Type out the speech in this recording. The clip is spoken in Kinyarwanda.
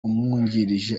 umwungirije